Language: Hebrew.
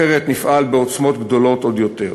אחרת נפעל בעוצמות גדולות עוד יותר.